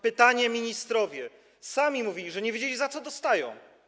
Pytani ministrowie sami mówili, że nie wiedzieli, za co dostają.